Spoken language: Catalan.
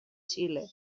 xile